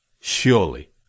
Surely